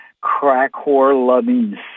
crack-whore-loving